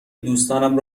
دوستانم